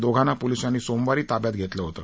दोघांना पोलिसांनी सोमवारी ताब्यात घेतले होते